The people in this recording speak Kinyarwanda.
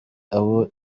abo